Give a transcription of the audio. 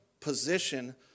position